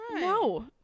No